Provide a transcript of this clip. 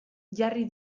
jarri